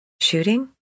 Shooting